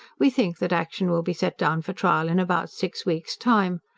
we think that action will be set down for trial in about six weeks' time.